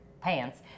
pants